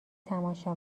تماشا